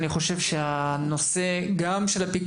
אני חושב שגם נושא הפיקוח,